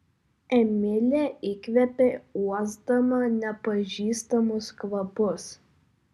emilė įkvėpė uosdama nepažįstamus kvapus